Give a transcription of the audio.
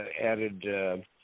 added